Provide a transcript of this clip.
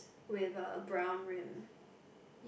with a brown rim